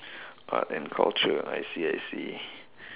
art and culture I see I see